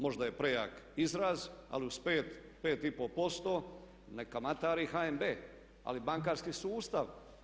Možda je prejak izraz ali uz 5,5% ne kamatari HNB, ali bankarski sustav.